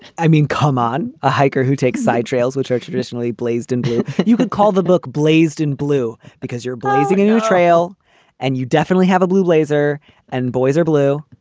i mean, come on. a hiker who takes sides, trails which are traditionally blazed. and you could call the book blazed in blue because you're blazing a trail and you definitely have a blue blazer and boys are blue.